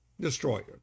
Destroyer